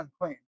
unclean